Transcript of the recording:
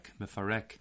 Mefarek